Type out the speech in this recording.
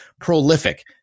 prolific